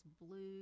blue